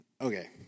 Okay